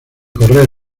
correr